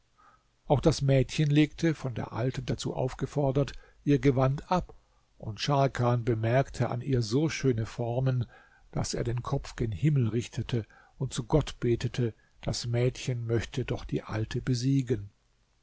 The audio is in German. auch das mädchen legte von der alten dazu aufgefordert ihr gewand ab und scharkan bemerkte an ihr so schöne formen daß er den kopf gen himmel richtete und zu gott betete das mädchen möchte doch die alte besiegen